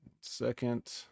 second